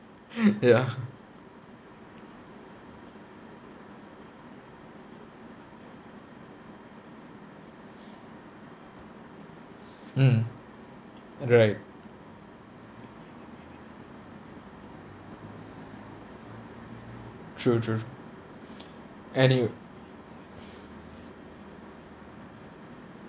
ya mmhmm right true true true anyway